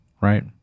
right